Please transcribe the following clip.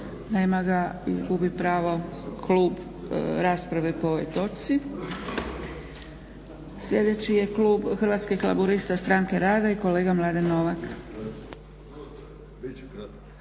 Nema ga i gubi pravo klub rasprave po ovoj točci. Sljedeći je klub Hrvatskih laburista-Stranke rada i kolega Mladen Novak.